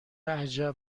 عجب